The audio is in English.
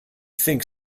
think